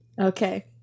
okay